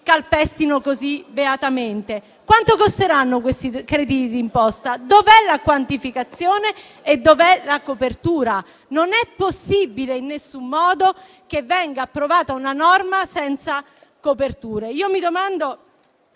calpestano così beatamente. Quanto costeranno questi crediti d'imposta? Dov'è la quantificazione e dov'è la copertura? Non è possibile in alcun modo che venga approvata una norma senza coperture. Pur condividendo